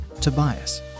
Tobias